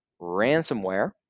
Ransomware